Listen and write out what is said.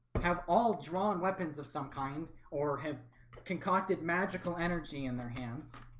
have all drawn weapons of some kind, or have concocted magical energy in their hands.